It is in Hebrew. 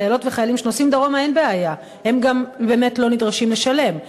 לחיילות וחיילים שנוסעים דרומה אין בעיה והם גם באמת לא נדרשים לשלם.